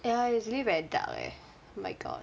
ya it's really very dark leh my god